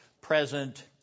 present